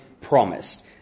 promised